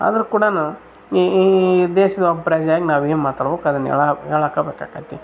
ಅದ್ರ ಕೂಡಾ ಈ ದೇಶದ ಒಬ್ಬ ಪ್ರಜೆಯಾಗಿ ನಾವು ಏನು ಮಾತಾಡಬೇಕು ಅದನ್ನು ಹೇಳ ಹೇಳಾಕೆ ಬೇಕಾಕತಿ